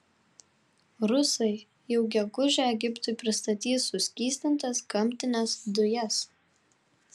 rusai jau gegužę egiptui pristatys suskystintas gamtines dujas